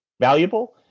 valuable